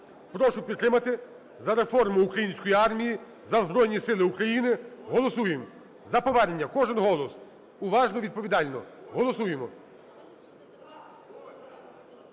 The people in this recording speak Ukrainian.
Прошу підтримати за реформу української армії, за Збройні Сили України, голосуємо за повернення, кожен голос, уважно і відповідально, голосуємо,